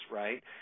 right